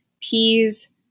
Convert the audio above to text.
peas